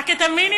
רק את המינימום,